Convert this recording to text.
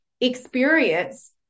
experience